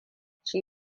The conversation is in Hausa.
shi